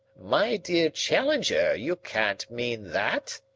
my dear challenger, you can't mean that?